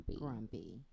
Grumpy